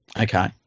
Okay